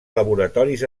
laboratoris